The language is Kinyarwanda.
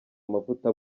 amavuta